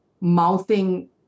mouthing